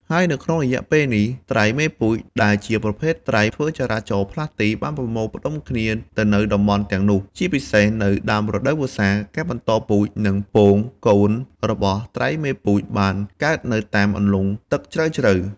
ហើយនៅក្នុងរយៈពេលនេះ ត្រីមេពូជ ដែលជាប្រភេទត្រីធ្វើចរាចរផ្លាស់ទី បានប្រមូលផ្តុំគ្នាទៅនៅតំបន់ទាំងនោះ ជាពិសេសនៅដើមរដូវវស្សា ការបន្តពូជ និងពង-កូន របស់ត្រីមេពូជ បានកើតនៅតាមអន្លុងទឹកជ្រៅៗ